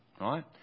right